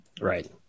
Right